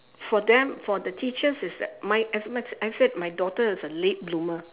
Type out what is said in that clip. for them for the teachers is that my as much I said my daughter is a late bloomer